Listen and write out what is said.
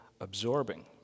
absorbing